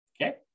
Okay